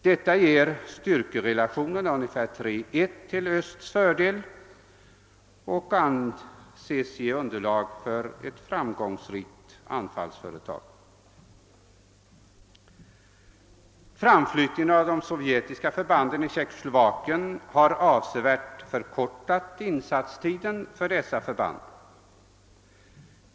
Detta ger styrkerelationen 3 :1 till Östs fördel, vilket anses bilda underlag för ett framgångsrikt anfallsföretag. Framflyttningen av de sovjetiska förbanden i Tjeckoslovakien har avsevärt förkortat insatstiden för dem.